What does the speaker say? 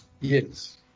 Yes